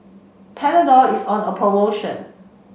Panadol is on a promotion